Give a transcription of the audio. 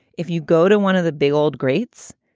if you go to one of the big old greats,